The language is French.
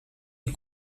est